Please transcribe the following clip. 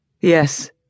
Yes